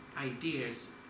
ideas